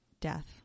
death